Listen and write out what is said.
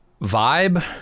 vibe